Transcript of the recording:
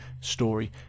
story